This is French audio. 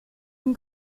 une